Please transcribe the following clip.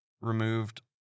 Removed